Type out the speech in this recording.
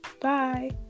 bye